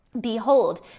Behold